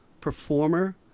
performer